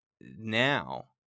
now